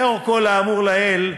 לאור כל האמור לעיל,